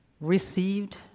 received